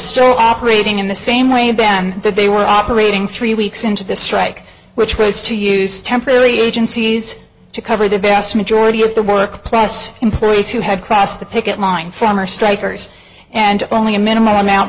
still operating in the same way and then they were operating three weeks into the strike which was to use temporary agencies to cover the vast majority of the work plus employees who had crossed the picket line from our strikers and only a minimal amount